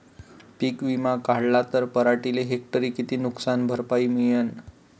पीक विमा काढला त पराटीले हेक्टरी किती नुकसान भरपाई मिळीनं?